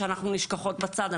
שאנחנו נשכחות בצד,